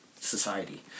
society